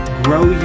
grow